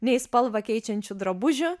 nei spalvą keičiančių drabužių